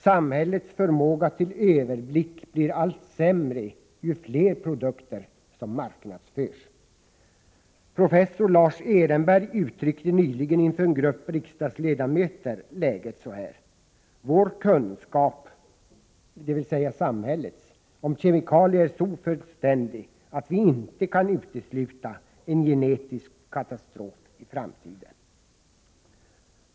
Samhällets förmåga till överblick blir allt sämre ju fler produkter som marknadsförs. Professor Lars Ehrenberg uttryckte nyligen inför en grupp riksdagsledamöter läget så här: Vår kunskap — dvs. samhällets — om kemikalier är så ofullständig att vi inte kan utesluta en genetisk katastrof i framtiden.